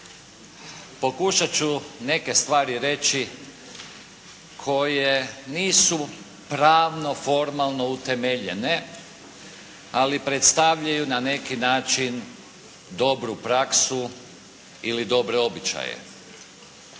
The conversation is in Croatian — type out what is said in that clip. pokušat ću neke stvari reći koje nisu pravno, formalno utemeljene, ali predstavljaju na neki način dobru praksu ili dobre običaje.